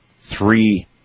three